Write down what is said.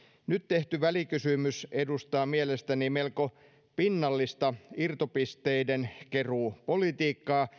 nyt tehty välikysymys edustaa mielestäni melko pinnallista irtopisteiden keruu politiikkaa